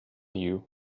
you